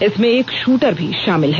इसमें एक शूटर भी शामिल है